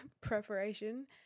preparation